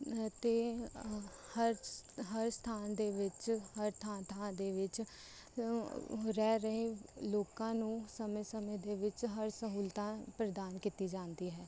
ਅਤੇ ਹਰ ਸ ਹਰ ਸਥਾਨ ਦੇ ਵਿੱਚ ਹਰ ਥਾਂ ਥਾਂ ਦੇ ਵਿੱਚ ਰਹਿ ਰਹੇ ਲੋਕਾਂ ਨੂੰ ਸਮੇਂ ਸਮੇਂ ਦੇ ਵਿੱਚ ਹਰ ਸਹੂਲਤਾਂ ਪ੍ਰਦਾਨ ਕੀਤੀ ਜਾਂਦੀ ਹੈ